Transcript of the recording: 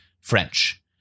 French